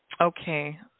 Okay